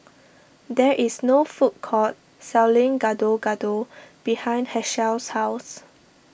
there is a food court selling Gado Gado behind Hershel's house